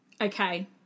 Okay